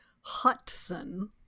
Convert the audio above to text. Hudson